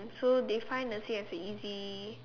so they find nursing as easy